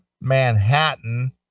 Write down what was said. Manhattan